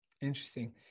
Interesting